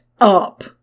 up